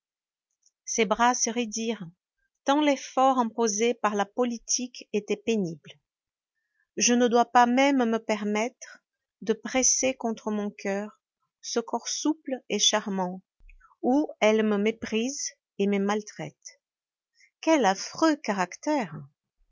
ses bras se raidirent tant l'effort imposé par la politique était pénible je ne dois pas même me permettre de presser contre mon coeur ce corps souple et charmant ou elle me méprise et me maltraite quel affreux caractère